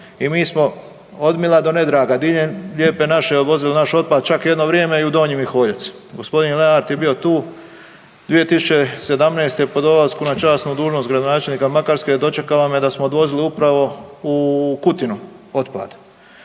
i mi smo odmila do nedraga diljem lijepe naše odvozili naš otpad, čak jedno vrijeme i u Donji Miholjac. Gospodin Lenart je bio tu 2017. po dolasku na časnu dužnost gradonačelnika Makarske dočekalo me da smo odvozili upravo u Kutinu otad.